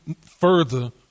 further